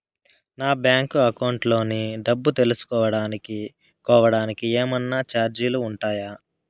నా bank account లోని డబ్బు తెలుసుకోవడానికి కోవడానికి ఏమన్నా చార్జీలు ఉంటాయా?